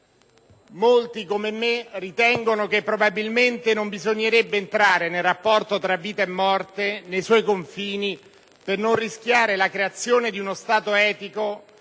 Molti, come me, ritengono che probabilmente non bisognerebbe entrare nel rapporto tra vita e morte, nei suoi confini, per non rischiare la creazione di uno Stato etico,